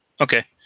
Okay